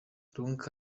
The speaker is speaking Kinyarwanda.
lynka